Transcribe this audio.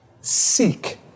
seek